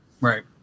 Right